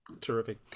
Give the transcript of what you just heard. Terrific